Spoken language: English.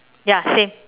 ya same